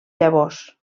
llavors